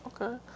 okay